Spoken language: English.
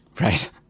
Right